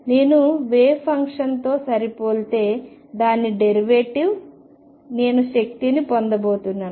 నేను వేవ్ ఫంక్షన్తో సరిపోలితే దాని డెరివేటివ్ నేను శక్తిని పొందబోతున్నాను